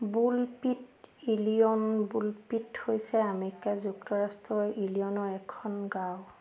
Bullpit Illinois Bullpitt হৈছে America যুক্তৰাষ্ট্ৰৰ ইলিনয়ৰ এখন গাওঁ